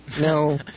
No